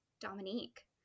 Dominique